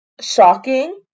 shocking